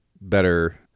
better